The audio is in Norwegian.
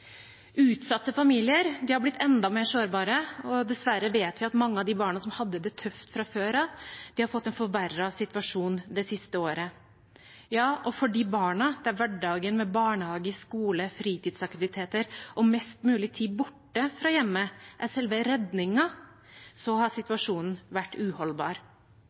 Utsatte familier har blitt enda mer sårbare, og dessverre vet vi at mange av de barna som hadde det tøft fra før av, har fått en forverret situasjon det siste året. Ja, for de barna der hverdagen med barnehage, skole, fritidsaktiviteter og mest mulig tid borte fra hjemmet er selve redningen, har situasjonen vært uholdbar.